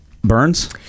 Burns